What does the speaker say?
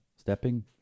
stepping